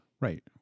Right